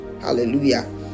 Hallelujah